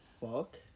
fuck